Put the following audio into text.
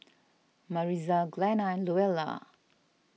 Maritza Glenna and Luella